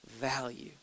value